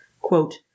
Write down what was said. quote